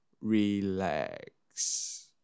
relax